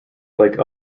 like